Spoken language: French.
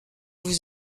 vous